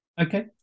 Okay